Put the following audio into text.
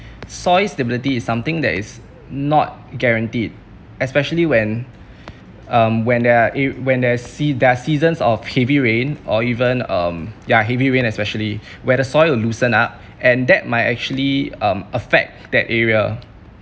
soil stability is something that is not guaranteed especially when um when there are a~ when there's there are seasons of heavy rain or even um yeah heavy rain especially when the soils will loosen up and that might actually um affect that area